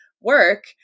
work